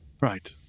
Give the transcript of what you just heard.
Right